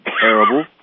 Terrible